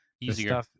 easier